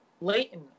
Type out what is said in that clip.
Leighton